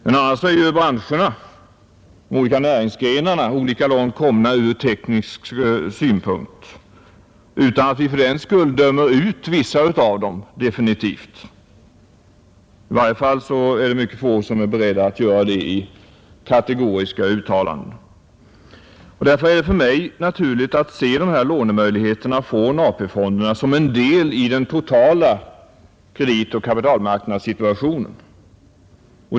Men annars är branscherna, de olika näringsgrenarna, olika långt komna från teknisk synpunkt utan att vi fördenskull definitivt dömer ut vissa av dem — i varje fall är mycket få beredda att göra det i kategoriska uttalanden. Därför är det för mig naturligt att se återlånemöjligheten från AP-fonden som en del i den totala kreditoch kapitalmarknadssituationen.